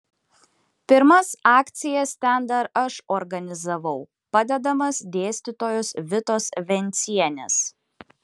pirmas akcijas ten dar aš organizavau padedamas dėstytojos vitos vencienės